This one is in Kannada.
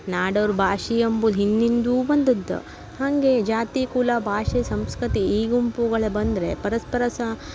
ನಾಡೋರ ಭಾಷೆ ಅಂಬುದು ಹಿಂದಿಂದ್ಲೂ ಬಂದದ್ದು ಹಾಗೆ ಜಾತಿ ಕುಲ ಭಾಷೆ ಸಮಸ್ಕೃತಿ ಈ ಗುಂಪುಗಳು ಬಂದರೆ ಪರಸ್ಪರ ಸಾ